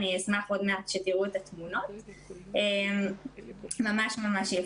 אני אשמח עוד מעט שתראו את התמונות, ממש יפה.